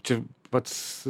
čia pats